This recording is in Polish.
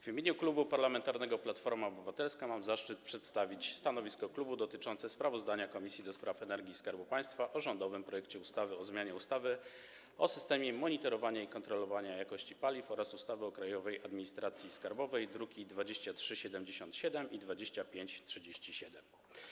W imieniu Klubu Parlamentarnego Platforma Obywatelska mam zaszczyt przedstawić stanowisko klubu dotyczące sprawozdania Komisji do Spraw Energii i Skarbu Państwa o rządowym projekcie ustawy o zmianie ustawy o systemie monitorowania i kontrolowania jakości paliw oraz ustawy o Krajowej Administracji Skarbowej, druki nr 2377 i 2537.